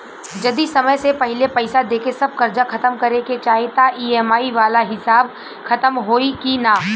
जदी समय से पहिले पईसा देके सब कर्जा खतम करे के चाही त ई.एम.आई वाला हिसाब खतम होइकी ना?